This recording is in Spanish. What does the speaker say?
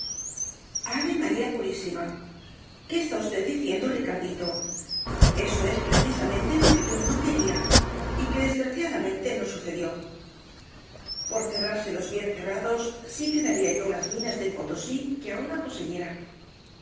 ave maría purísima qué está usted diciendo ricardito eso es precisamente lo que yo no quería y que desgraciadamente nos sucedió por cerrárselos bien cerrados sí que diera yo las minas del potosí que ahora poseyera